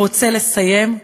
הוא רוצה לסיים,